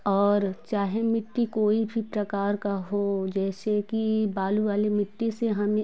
और चाहे मिट्टी कोई भी प्रकार का हो जैसे कि बालू वाली मिट्टी से हमें